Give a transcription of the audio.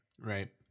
Right